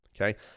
Okay